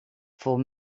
voor